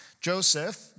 Joseph